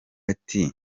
ati